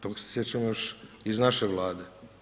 Tog se sjećam još iz naše Vlade.